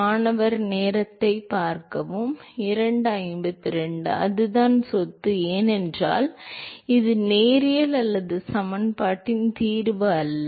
மாணவர் அதுதான் சொத்து ஏனென்றால் இது நேரியல் அல்லாத சமன்பாட்டின் தீர்வு அல்ல